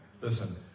Listen